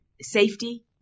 safety